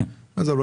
עזוב.